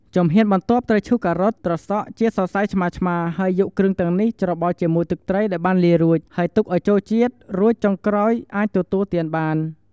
ជំហានបន្ទាប់ត្រូវឈូសការ៉ុត ត្រសក់ជាសរសៃឆ្មាៗ ហើយយកគ្រឿងទាំងនេះច្របល់ជាមួយទឹកត្រីដែលបានលាយរួច ហើយទុកឲ្យចូលជាតិ រួចចុងក្រោយអាចទទួលទានបាន។